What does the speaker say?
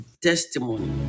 testimony